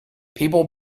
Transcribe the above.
people